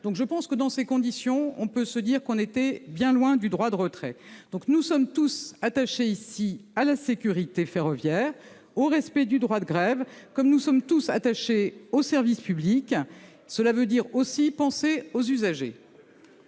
à Limoges. Dans ces conditions, on peut se dire que l'on était bien loin du droit de retrait ! Nous sommes tous attachés à la sécurité ferroviaire, au respect du droit de grève, comme nous sommes tous attachés au service public. Cela signifie, aussi, penser aux usagers